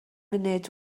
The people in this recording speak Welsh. munud